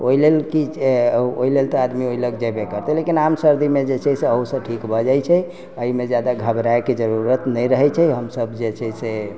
ओहिलेल की ओहिलेल तऽ आदमी ओइलग जेबे करतै लेकिन आम सर्दी मे जे छै से अहु सँ ठीक भ जाइ छै एहिमे जादा घबराए के जरूरत नहि रहै छै हमसब जे छै से